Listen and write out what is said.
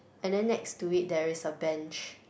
and then next to it there is a bench